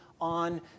On